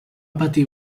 patir